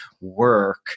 work